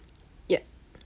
yup